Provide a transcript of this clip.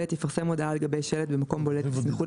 יפרסם הודעה על גבי שלט במקום בולט בסמיכות